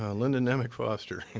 um linda nemec foster.